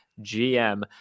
GM –